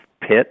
pit